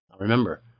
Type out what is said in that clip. Remember